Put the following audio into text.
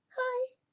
Hi